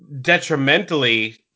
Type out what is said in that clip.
detrimentally